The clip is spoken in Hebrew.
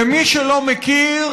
למי שלא מכיר,